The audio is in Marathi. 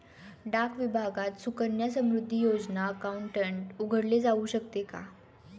डाक विभागात सुकन्या समृद्धी योजना अकाउंट उघडले जाऊ शकते का?